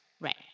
Right